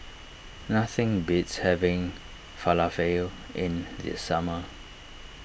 nothing beats having Falafel in the summer